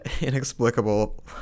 inexplicable